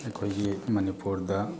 ꯑꯩꯈꯣꯏꯒꯤ ꯃꯅꯤꯄꯨꯔꯗ